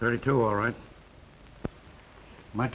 thirty two all right m